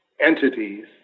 entities